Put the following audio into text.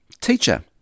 Teacher